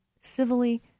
civilly